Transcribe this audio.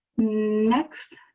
next,